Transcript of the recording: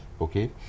Okay